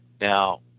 Now